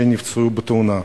אנשים נפצעו בתאונה,